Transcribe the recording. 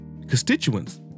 constituents